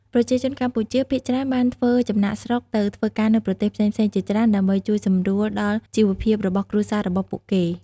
ប្រជាជនកម្ពុជាភាគច្រើនបានធ្វើចំណាកស្រុកទៅធ្វើការនៅប្រទេសផ្សេងៗជាច្រើនដើម្បីជួយសម្រួលដល់ជីវភាពរបស់គ្រួសាររបស់ពួកគេ ។